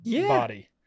body